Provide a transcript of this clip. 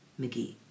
McGee